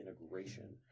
integration